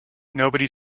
nobody